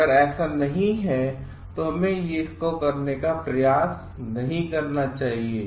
यदि ऐसा नहीं है तो हमें इसे करने का प्रयास नहीं करना चाहिए